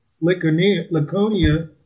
Laconia